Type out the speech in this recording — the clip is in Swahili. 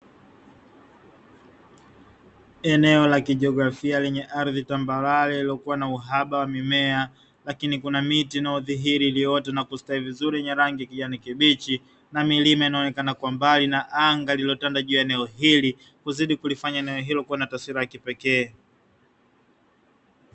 Eneo la kijiografia lenye ardhi tambarare lililokuwa na uhaba wa mimea, lakini kuna miti inayodhihiri iliyoota na kusitawi vizuri yenye rangi ya kijani kibichi, na milima inayoonekana kwa mbali, na anga lililotanda juu ya eneo hili, kuzidi kulifanya eneo hili kuwa na taswira ya kipekee.